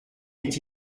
est